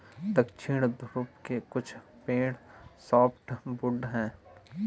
दक्षिणी ध्रुव के कुछ पेड़ सॉफ्टवुड हैं